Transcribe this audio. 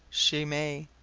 she may!